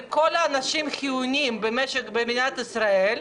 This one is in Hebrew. על כל האנשים החיוניים במשק במדינת ישראל.